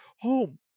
home